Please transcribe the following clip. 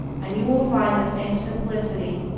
and you will find the same simplicity,